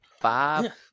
Five